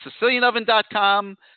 SicilianOven.com